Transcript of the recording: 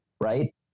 Right